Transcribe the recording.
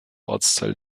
ortsteil